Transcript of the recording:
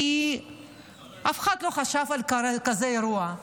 כי אף אחד לא חשב על כזה אירוע.